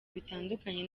bitandukanye